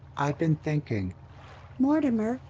i've been thinking mortimer,